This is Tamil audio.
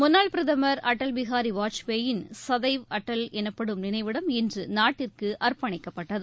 முன்ளாள் பிரதமர் அடல் பிஹாரி வாஜ்பேயின் சதெய்வ் அடல் எனப்படும் நினைவிடம் இன்று நாட்டிற்கு அர்ப்பணிக்கப்பட்டது